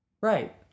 right